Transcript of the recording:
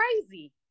crazy